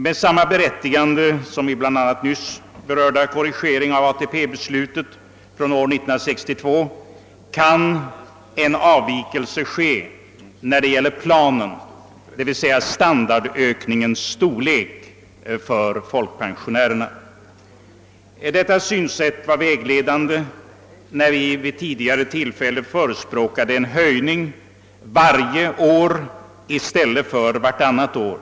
Med samma berättigande som i bl.a. nyss berörda korrigering av ATP-beslutet från år 1962 kan en avvikelse från planen tänkas, nämligen beträffande storleken av standardökningen för pensionärerna. Detta synsätt har varit vägledande för oss när vi vid tidigare tillfällen har föreslagit en höjning varje år i stället för vartannat år.